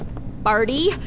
Barty